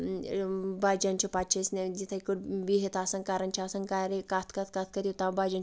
بَجان چھِ پَتہٕ چھِ أسۍ یِتھٕے کٲٹھۍ بَہتھ آسان کران چھِ آسان گرے کَتھ کَتھ کتھ کتھ یوٚتام بَجان چھِ دہ